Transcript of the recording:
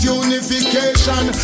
unification